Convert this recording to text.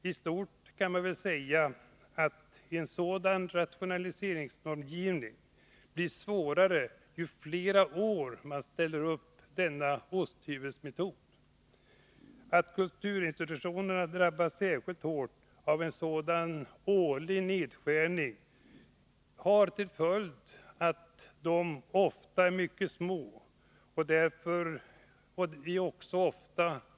I stort kan man väl säga när det gäller en sådan rationaliseringsnormgivning att ju fler år man använder denna osthyvelsmetod desto svårare blir det. Att kulturinstitutionerna drabbas särskilt hårt av en sådan årlig nedskärning beror på att dessa institutioner ofta är mycket små.